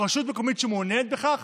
רשות מקומית שמעוניינת בכך